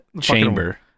chamber